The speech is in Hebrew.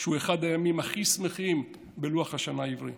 שהוא אחד הימים הכי שמחים בלוח השנה העברי,